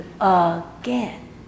again